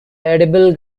edible